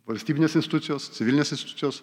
valstybinės institucijos civilinės institucijos